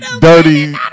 dirty